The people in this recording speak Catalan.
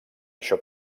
això